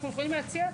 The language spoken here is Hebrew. אנחנו יכולים להציע,